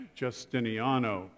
Justiniano